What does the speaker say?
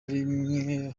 rimwe